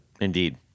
Indeed